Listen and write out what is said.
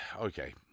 okay